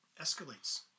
escalates